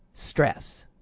Stress